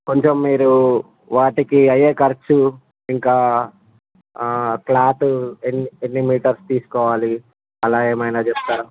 కొంచెం మీరు వాటికి అయ్యే ఖర్చు ఇంకా క్లాతు ఎన్ని ఎన్ని మీటర్స్ తీసుకోవాలి అలా ఏమైనా చెప్తారా